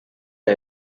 der